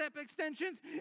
extensions